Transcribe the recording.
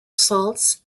salts